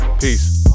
Peace